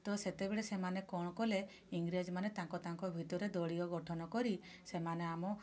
ସେତେବେଳେ ସେମାନେ କ'ଣ କଲେ ଇଂରେଜମାନେ ତାଙ୍କ ତାଙ୍କ ଭିତରେ ଦଳୀୟ ଗଠନ କରି ସେମାନେ ଆମ